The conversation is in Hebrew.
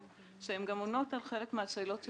שהן גם עונות על חלק מהשאלות שנשאלו כאן.